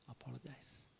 apologize